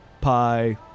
pie